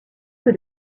que